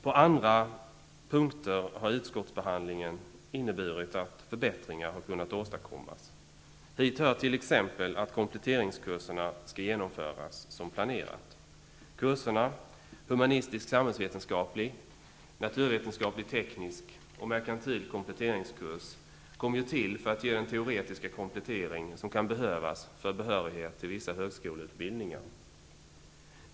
På andra punkter har utskottsbehandlingen inneburit att förbättringar har kunnat åstadkommas. Hit hör t.ex. att kompletteringskurserna skall genomföras som planerat. Kurserna humanistisk teknisk och merkantil kompletteringskurs kom ju till för att ge en teoretisk komplettering som kan behövas för behörighet till vissa högskoleutbildningar.